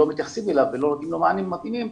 מתייחסים אליו ולא נותנים לו מענים מתאימים,